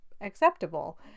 acceptable